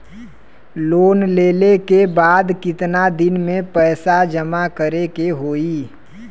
Loan लेले के बाद कितना दिन में पैसा जमा करे के होई?